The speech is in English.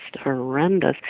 horrendous